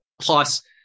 Plus